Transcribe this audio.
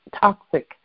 toxic